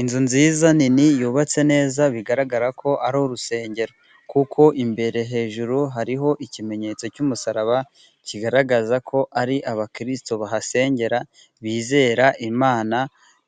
Inzu nziza nini yubatse neza .Bigaragara ko ari urusengero .Kuko imbere hejuru hariho ikimenyetso cy'umusaraba .Kigaragaza ko ari abakristo bahasengera .Bizera imana